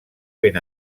ben